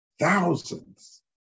thousands